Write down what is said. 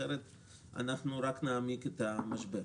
אחרת אנחנו רק נעמיק את המשבר.